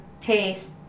taste